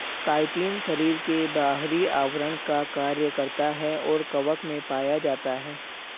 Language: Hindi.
काइटिन शरीर के बाहरी आवरण का कार्य करता है और कवक में पाया जाता है